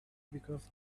because